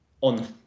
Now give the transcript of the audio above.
on